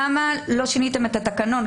למה לא שיניתם את התקנון?